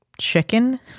chicken